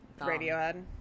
Radiohead